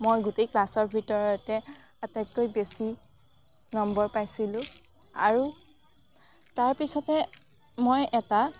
মই গোটেই ক্লাছৰ ভিতৰতে আটাইতকৈ বেছি নম্বৰ পাইছিলোঁ আৰু তাৰপিছতে মই এটা